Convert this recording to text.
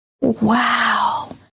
Wow